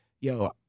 yo